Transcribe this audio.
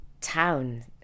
town